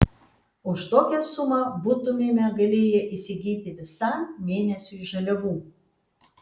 už tokią sumą būtumėme galėję įsigyti visam mėnesiui žaliavų